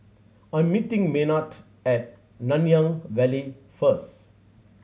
I'm meeting Maynard at Nanyang Valley first